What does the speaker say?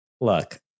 look